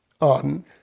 on